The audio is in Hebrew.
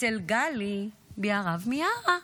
אצלי גלי בהרב מיארה,